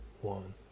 One